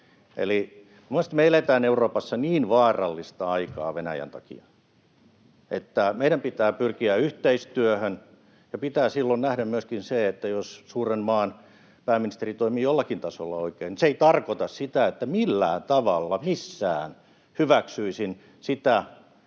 mielestäni me eletään Euroopassa niin vaarallista aikaa Venäjän takia, että meidän pitää pyrkiä yhteistyöhön, ja pitää silloin nähdä myöskin se, että jos suuren maan pääministeri toimii jollakin tasolla oikein, niin se ei tarkoita sitä, että millään tavalla missään hyväksyisin